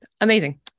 amazing